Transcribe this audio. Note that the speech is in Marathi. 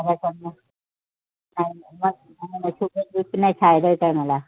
काय करणार नाही नाही शुगर बी पी नाही थायराइड आहे मला